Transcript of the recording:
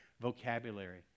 vocabulary